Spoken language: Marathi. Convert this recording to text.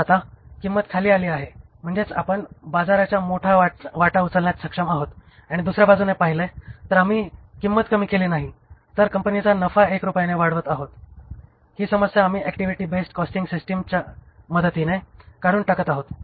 तर आता किंमत खाली आली आहे म्हणजेच आपण बाजाराचा मोठा वाटा उचलण्यास सक्षम आहोत आणि दुसऱ्या बाजूने पहिले तर आम्ही किंमत कमी केली नाही तर कंपनीचा नफा 1 रुपयेने वाढत आहे ही समस्या आम्ही ऍक्टिव्हिटी बेस्ड कॉस्टिंगच्या मदतीने काढून टाकत आहोत